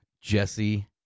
Jesse